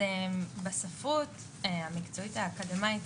בספרות המקצועית האקדמאית,